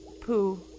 poo